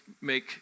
make